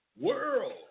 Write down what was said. world